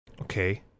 Okay